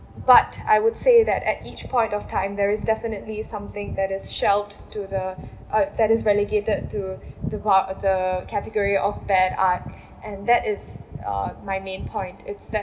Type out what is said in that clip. but I would say that at each point of time there is definitely something that is shelved to the uh that is relegated to the wa~ the category of bad art and that is uh my main point it's that